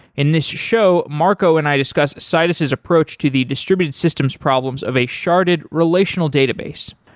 in this show, marco and i discuss citus's approach to the distributed systems problems of a sharded relational database.